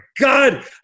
God